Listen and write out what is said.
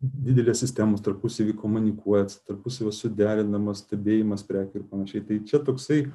didelės sistemos tarpusavyje komunikuoti tarpusavio suderinimas stebėjimas prekių ir panašiai tai čia toksai